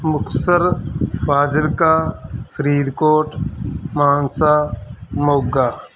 Muktsar Fazilka Faridkot Mansa Moga